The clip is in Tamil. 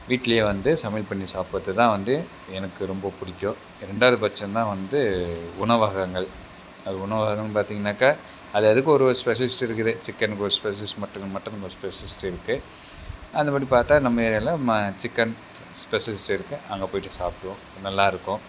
வீட்டிலியே வந்து சமையல் பண்ணி சாப்பிடுறதுதான் வந்து எனக்கு ரொம்ப பிடிக்கும் ரெண்டாவது பட்சம்தான் வந்து உணவகங்கள் அது உணவகம்னு பார்த்திங்கனாக்கா அது அதுக்கு ஒரு ஒரு ஸ்பெஷலிஸிட் இருக்குது சிக்கனுக்கு ஒரு ஸ்பெஷலிஸ்ட் மட்டன் மட்டனுக்கு ஒரு ஸ்பெஷலிஸ்ட் இருக்குது அந்த மாதிரி பார்த்தா நம்ம ஏரியாவில் ம சிக்கன் ஸ்பெஷலிஸ்ட் இருக்குது அங்கே போயிட்டு சாப்பிடுவோம் அது நல்லாயிருக்கும்